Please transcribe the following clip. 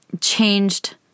changed